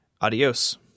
Adios